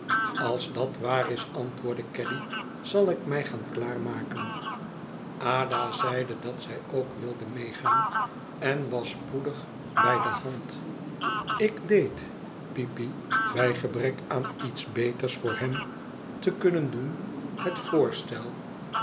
als dat waar is antwoordde caddy zal ik mij gaan klaarmaken ada zeide dat zij ook wilde meegaan en was spoedig bij de hand ik deed peepy bij gebrek aan iets beters voor hem te kunnen doen het voorstel